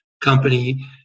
company